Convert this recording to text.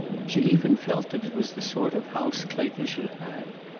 she even felt that it was the sort of house clayton should have.